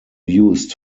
used